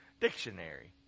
dictionary